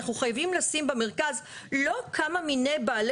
אנחנו חייבים לשים במרכז לא כמה מיני בעלי